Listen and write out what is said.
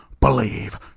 believe